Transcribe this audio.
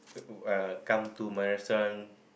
who are come to my restaurant